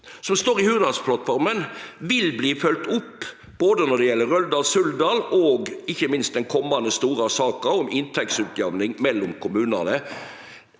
som står i Hurdalsplattforma, vil bli følgd opp når det gjeld både Røldal–Suldal og ikkje minst den komande store saka om inntektsutjamning mellom kommunane?